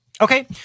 Okay